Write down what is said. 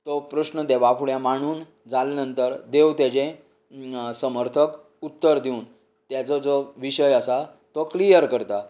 तो प्रस्न देवा फुड्यात मांडून जाल्या नंतर देव तेजे समर्थक उत्तर दिवन तेजो जो विशय आसा तो क्लिअर करता